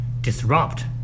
disrupt